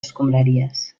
escombraries